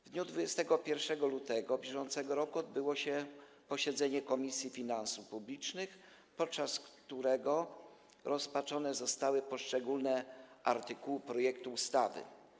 W dniu 21 lutego br. odbyło się posiedzenie Komisji Finansów Publicznych, podczas którego rozpatrzone zostały poszczególne artykuły tego projektu ustawy.